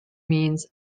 means